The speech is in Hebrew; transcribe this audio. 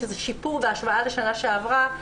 שזה שיפור בהשוואה לשנה שעברה.